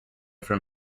from